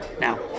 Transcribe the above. Now